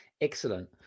excellent